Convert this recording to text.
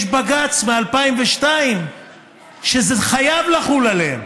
יש בג"ץ מ-2002 שזה חייב לחול עליהם.